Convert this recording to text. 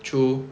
true